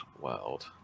world